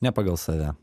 ne pagal save